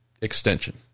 extension